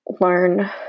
learn